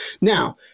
Now